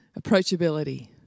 Approachability